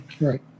right